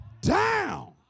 down